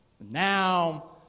Now